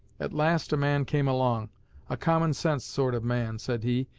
at last a man came along a common-sense sort of man, said he,